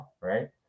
right